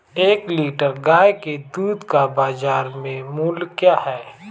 एक लीटर गाय के दूध का बाज़ार मूल्य क्या है?